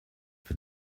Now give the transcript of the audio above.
für